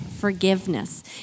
forgiveness